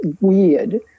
weird